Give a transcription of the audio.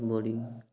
body